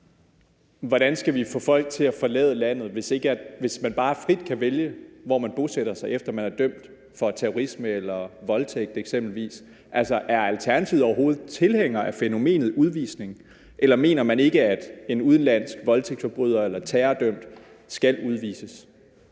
Hvordan skal vi få folk til at forlade landet, hvis man bare frit kan vælge, hvor man bosætter sig, efter at man er dømt for terrorisme eller voldtægt eksempelvis? Altså, er Alternativet overhovedet tilhænger af fænomenet udvisning, eller mener man ikke, at en udenlandsk voldtægtsforbryder eller terrordømt skal udvises?